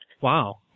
Wow